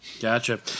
Gotcha